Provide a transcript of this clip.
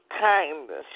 kindness